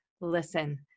listen